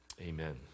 Amen